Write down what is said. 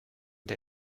der